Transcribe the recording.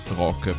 rock